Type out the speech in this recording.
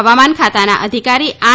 હવામાન ખાતાના અધિકારી આર